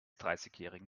dreißigjährigen